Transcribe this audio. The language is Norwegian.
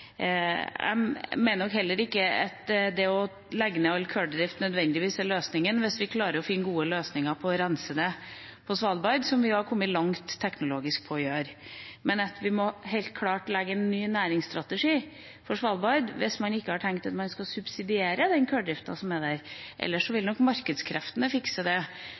Jeg mener nok heller ikke at det å legge ned all kulldrift nødvendigvis er løsninga hvis vi klarer å finne gode løsninger for å rense det på Svalbard, som vi var kommet langt teknologisk for å gjøre. Men vi må helt klart legge en ny næringsstrategi for Svalbard hvis man ikke har tenkt å subsidiere kulldriften der, ellers vil nok markedskreftene fikse det,